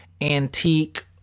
antique